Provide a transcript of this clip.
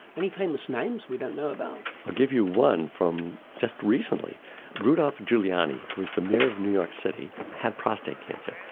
any famous names we don't know about? i'll give you one from just recently rudolph giuliani who was the mayor of new york city had prostate cancer.